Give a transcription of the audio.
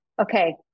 okay